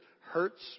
hurts